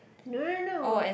no no no